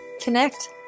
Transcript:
connect